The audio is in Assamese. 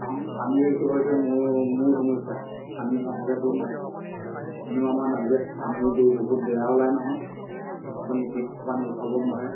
কাৰণ পানীটো হৈছে ম মূল সমস্যা পানী নহ'লেতো নহ'ব কিন্তু আমাৰ নাজিৰাত পানীটো বহুত বেয়া ওলাই নহয় আপুনি পানী ওলাব নোৱাৰে